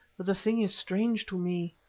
but the thing is strange to me.